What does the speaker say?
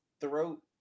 throat